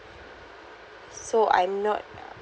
so I'm not